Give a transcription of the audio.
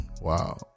Wow